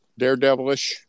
daredevilish